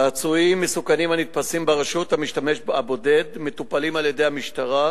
צעצועים מסוכנים הנתפסים ברשות המשתמש הבודד מטופלים על-ידי המשטרה,